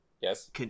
yes